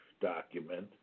document